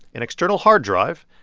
an external hard drive,